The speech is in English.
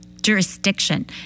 jurisdiction